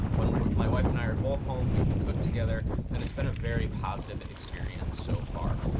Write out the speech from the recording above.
when my wife and i are both home, we can cook together and it's been a very positive experience so far.